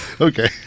Okay